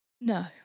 no